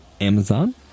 Amazon